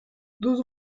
douze